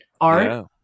Art